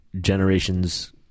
generations